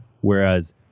Whereas